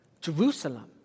Jerusalem